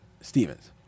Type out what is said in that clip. Stevens